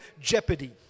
jeopardy